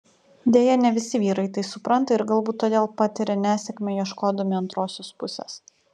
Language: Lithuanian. deja ne visi vyrai tai supranta ir galbūt todėl patiria nesėkmę ieškodami antrosios pusės